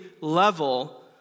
level